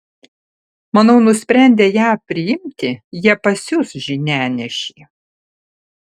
manau nusprendę ją priimti jie pasiųs žinianešį